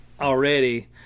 already